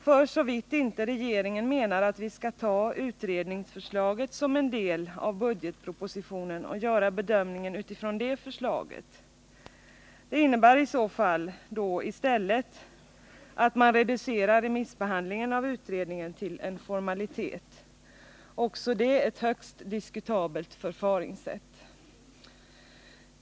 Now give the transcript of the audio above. För så vitt inte regeringen menar att vi skall ta utredningsförslaget som en del av budgetpropositionen och göra bedömningen utifrån det förslaget. Det innebär i så fall i stället att man reducerar remissbehandlingen av utredningen till en formalitet — också det ett högst diskutabelt förfaringssätt.